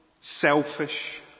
selfish